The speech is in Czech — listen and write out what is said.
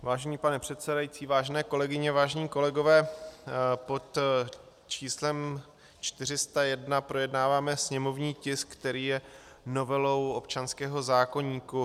Vážný pane předsedající, vážené kolegyně, vážení kolegové pod číslem 401 projednáváme sněmovní tisk, který je novelou občanského zákoníku.